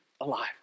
alive